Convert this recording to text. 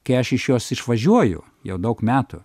kai aš iš jos išvažiuoju jau daug metų